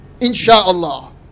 insha'Allah